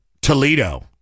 Toledo